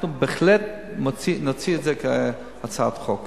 אנחנו בהחלט נוציא את זה כהצעת חוק.